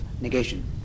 negation